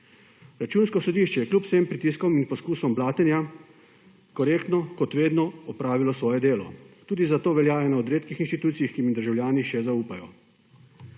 Računsko sodišče je kljub vsem pritiskom in poskusoma blatenja korektno, kot vedno, opravilo svoje delo. Tudi zato velja za ena od redkih inštitucij, ki ji državljani še zaupajo.